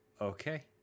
okay